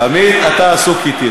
תמיד אתה עסוק אתי.